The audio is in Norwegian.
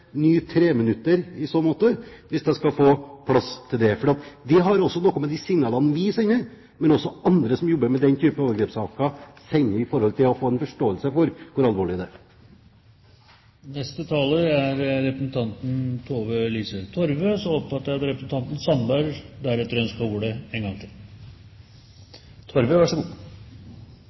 i så måte hvis jeg skal få sagt noe om det. Det har også noe å gjøre med de signalene vi sender, men også med hva andre som jobber med den type overgrepssaker, sender av signaler, for å få en forståelse for hvor alvorlig det er. Etter denne debatten er det i alle fall ingen tvil om at vi alle sammen ønsker